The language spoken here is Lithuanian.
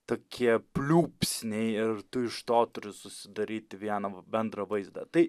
tokie pliūpsniai ir tu iš to turi susidaryti vieną bendrą vaizdą tai